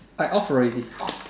I off already